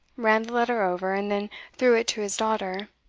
ran the letter over, and then threw it to his daughter.